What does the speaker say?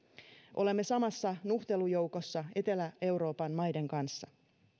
olemme samassa nuhtelujoukossa etelä euroopan maiden kanssa